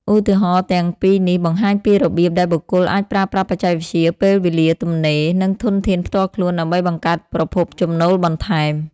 ឧទាហរណ៍ទាំងពីរនេះបង្ហាញពីរបៀបដែលបុគ្គលអាចប្រើប្រាស់បច្ចេកវិទ្យា ពេលវេលាទំនេរ និងធនធានផ្ទាល់ខ្លួនដើម្បីបង្កើតប្រភពចំណូលបន្ថែម។